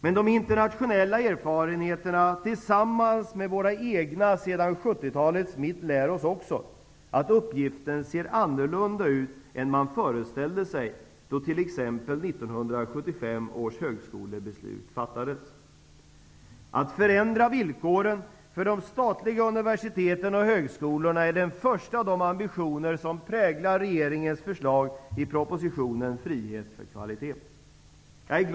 Men de internationella erfarenheterna, tillsammans med våra egna erfarenheter sedan 70-talets mitt, lär oss också att uppgiften ser ut på ett annat sätt än vad man föreställde sig då t.ex. 1975 års högskolebeslut fattades. Att förändra villkoren för de statliga universiteten och högskolorna är den första av de ambitioner som präglar regeringens förslag i propositionen Frihet för kvalitet. Herr talman!